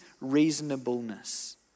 reasonableness